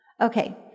Okay